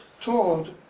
told